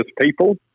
people